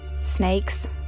Snakes